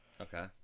Okay